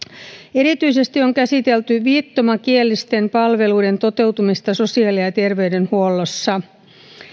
erityisesti on käsitelty viittomakielisten palveluiden toteutumista sosiaali ja ja terveydenhuollossa